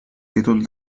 títol